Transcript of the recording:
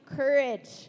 courage